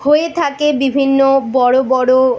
হয়ে থাকে বিভিন্ন বড় বড়